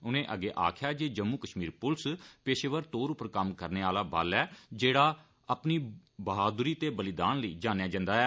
उनें अग्गै आक्खेया जे जम्मू कष्मीर पुलस पेषेवर तौर पर कम्म करने आला बल ऐ जेड़ा अपनी बहादुरी ते बलिदान लेई जानेआ जंदा ऐ